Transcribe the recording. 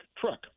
truck